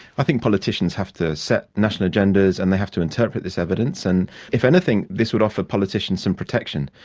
i think politicians have to set national agendas and they have to interpret this evidence, and if anything this would offer politicians some protection.